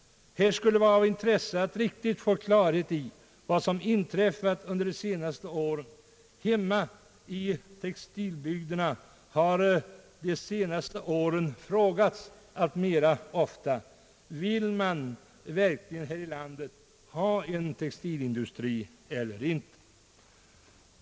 Det skulle vara av intresse att riktigt få klarhet i vad som har inträffat under de senaste åren. Hemma i textilbygderna har under denna tid frågats allt oftare: Vill man verkligen här i landet ha en textilindustri eller inte?